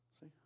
See